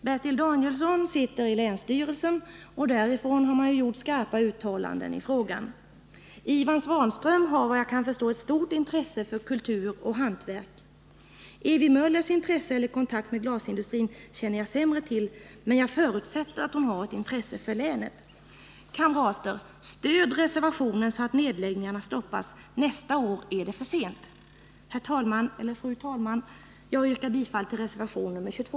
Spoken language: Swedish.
Bertil Danielsson sitter i länsstyrelsens styrelse, och därifrån har man ju gjort skarpa uttalanden i frågan. Ivan Svanström har, vad jag kan förstå, ett stort intresse för kultur och hantverk. Ewy Möllers intresse för eller kontakt med glasindustrin känner jag sämre till, men jag förutsätter att hon har ett intresse för länet. Kamrater! Stöd reservationen så att nedläggningarna stoppas. Nästa år är det för sent. Fru talman! Jag yrkar bifall till reservation 22.